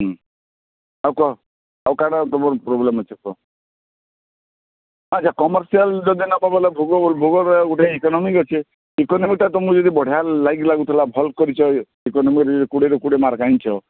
ହୁଁ ଆଉ କହ ଆଉ କାଣ ତୁମର ପ୍ରୋବ୍ଲେମ୍ ଅଛି କୁହ ହଁ ଯେ କମର୍ସିଆଲ୍ ଯଦି ନବ ବୋଲେ ଭୂଗୋଲ୍ ଭୂଗୋଲ୍ରେ ଗୋଟେ ଇକୋନୋମିକ୍ସ୍ ଅଛି ଇକୋନୋମିକ୍ସ୍ଟା ଯଦି ତମକୁ ବଢ଼ିଆ ଲାଗି ଲାଗୁଥିଲା ଭଲ୍ କରିଛ ଇଏ ଇକୋନୋମିକ୍ସ୍ରେ କୋଡ଼ିଏରୁ କୋଡ଼ିଏ ମାର୍କ ଆଣିଛ